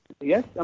yes